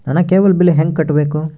ನನ್ನ cable bill ಹೆಂಗ ಕಟ್ಟಬೇಕು?